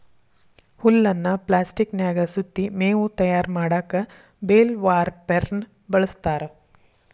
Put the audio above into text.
ಹುಲ್ಲನ್ನ ಪ್ಲಾಸ್ಟಿಕನ್ಯಾಗ ಸುತ್ತಿ ಮೇವು ತಯಾರ್ ಮಾಡಕ್ ಬೇಲ್ ವಾರ್ಪೆರ್ನ ಬಳಸ್ತಾರ